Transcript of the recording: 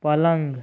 पलंग